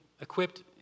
equipped